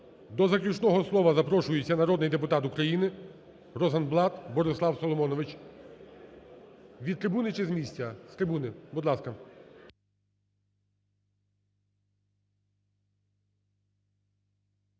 До заключного слова запрошується народний депутат України Розенблат Борислав Соломонович. Від трибуни чи з місця? З трибуни. Будь ласка.